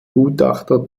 gutachter